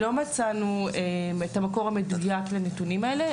לא מצאנו את המקור המדויק לנתונים האלה,